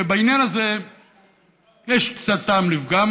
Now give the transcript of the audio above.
ובעניין הזה יש קצת טעם לפגם,